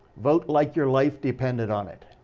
vote like your life depended on it.